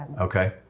okay